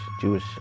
Jewish